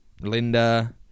Linda